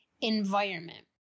environment